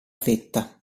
vetta